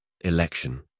election